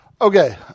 okay